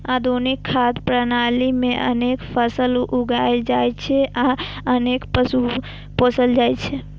आधुनिक खाद्य प्रणाली मे अनेक फसल उगायल जाइ छै आ अनेक पशु पोसल जाइ छै